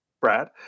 Brad